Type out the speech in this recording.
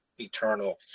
eternal